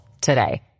today